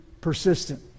persistent